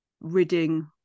ridding